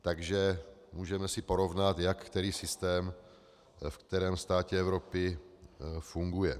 Takže můžeme si porovnat, jak který systém v kterém státě Evropy funguje.